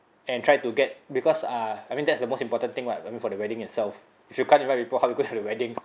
and tried to get because uh I mean that's the most important thing [what] I mean for the wedding itself if you can't invite people how to go to the wedding